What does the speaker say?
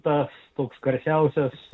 tas toks garsiausias